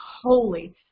holy